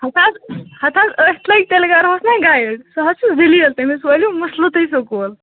ہتہٕ حظ ہتہٕ حظ أسۍ لٔگۍ تیٚلہِ کَرہوٗس نہٕ گایِڈ سُہ حظ چھُ ذٔلیٖل تٔمِس والِیو مٕسلہٕ تُہۍ سکوٗل